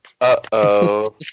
Uh-oh